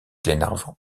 glenarvan